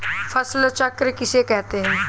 फसल चक्र किसे कहते हैं?